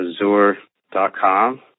azure.com